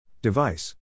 Device